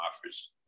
offers